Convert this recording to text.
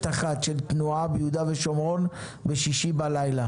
אחת של תנועה ביהודה ושומרון בשישי בלילה